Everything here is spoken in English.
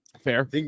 Fair